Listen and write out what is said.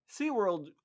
SeaWorld